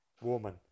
woman